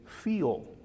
feel